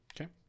Okay